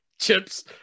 chips